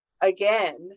again